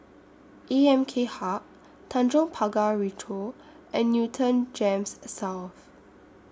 A M K Hub Tanjong Pagar Ricoh and Newton Gems South